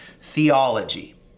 theology